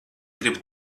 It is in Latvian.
gribu